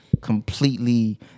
completely